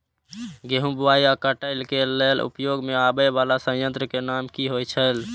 गेहूं बुआई आ काटय केय लेल उपयोग में आबेय वाला संयंत्र के नाम की होय छल?